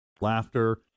Laughter